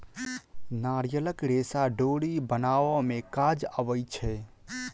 नारियलक रेशा डोरी बनाबअ में काज अबै छै